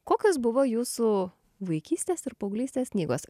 kokios buvo jūsų vaikystės ir paauglystės knygos